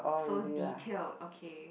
so detail okay